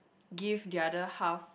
give the other half